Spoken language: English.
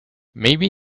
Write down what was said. maybe